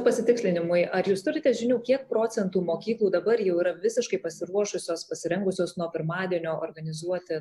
pasitikslinimui ar jūs turite žinių kiek procentų mokyklų dabar jau yra visiškai pasiruošusios pasirengusios nuo pirmadienio organizuoti